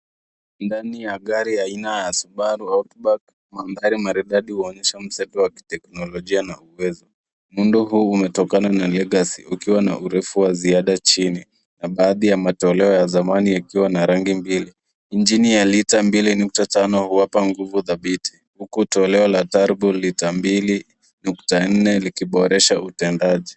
Ndani ya gari ya aina ya subaru outback, mandhari maridadi huonyesha mseto wa kiteknolojia na uwezo. Muundo huu umetokana na legacy ukiwa na urefu wa ziada chini na baadhi ya matoleo ya zamani yakiwa na rangi mbili. Injini ya lita mbili nukta tano huwapa nguvu dhabiti, huku toleo la tarbo lita mbili nukta nne likiboresha utendaji.